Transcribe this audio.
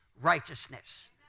righteousness